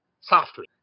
software